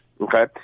Okay